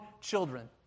children